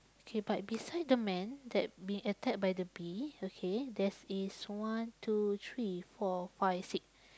K but beside the man that been attacked by the bee okay there's is one two three four five six